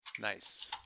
Nice